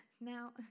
Now